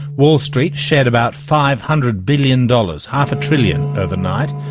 wall street shed about five hundred billion dollars, half a trillion, overnight,